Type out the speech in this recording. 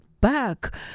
back